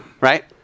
right